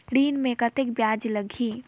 ऋण मे कतेक ब्याज लगही?